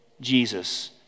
Jesus